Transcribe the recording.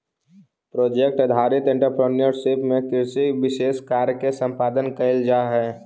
project आधारित entrepreneurship में किसी विशेष कार्य के संपादन कईल जाऽ हई